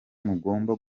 mugomba